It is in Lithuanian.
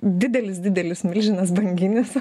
didelis didelis milžinas banginis